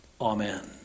Amen